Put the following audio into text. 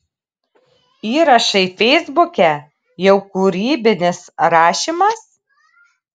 įrašai feisbuke jau kūrybinis rašymas